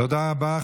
תודה רבה.